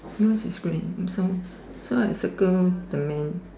yours is green so so I circle the man